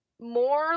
more